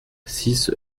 six